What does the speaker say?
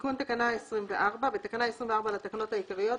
"תיקון תקנה 24 10. בתקנה 24 לתקנות העיקריות,